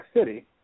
city